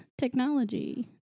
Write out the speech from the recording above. Technology